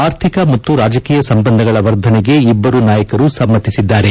ಆರ್ಥಿಕ ಮತ್ತು ರಾಜಕೀಯ ಸಂಬಂಧಗಳ ವರ್ಧನೆಗೆ ಇಬ್ಬರು ನಾಯಕರು ಸಮ್ಮತಿಸಿದ್ದಾರೆ